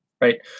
right